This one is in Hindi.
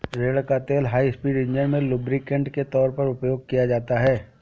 रेड़ का तेल हाई स्पीड इंजन में लुब्रिकेंट के तौर पर उपयोग किया जाता है